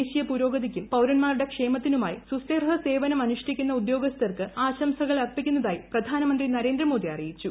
ദേശീയ പുരോഗതിക്കും പൌരന്മാരുടെ ക്ഷേമത്തിനുമായി സ്തുത്യർഹ സേവനം അനുഷ്ഠിക്കുന്ന ഉദ്യോഗസ്ഥർക്ക് ആശംസകൾ അർപ്പിക്കുന്നതായി പ്രധാനമന്ത്രി നരേന്ദ്രമോദി അറിയിച്ചു